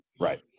Right